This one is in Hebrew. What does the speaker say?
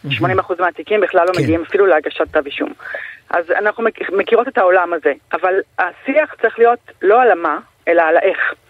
80% מהתיקים בכלל לא כן. מגיעים אפילו להגשת כתב אישום. אז אנחנו מכ- מכירות את העולם הזה, אבל השיח צריך להיות לא על המה, אלא על האיך.